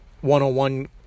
one-on-one